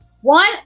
One